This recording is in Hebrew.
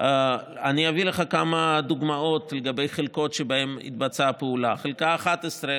אני אביא לך כמה דוגמאות לגבי חלקות שבהן התבצעה הפעולה: חלקה 11,